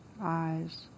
eyes